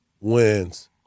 wins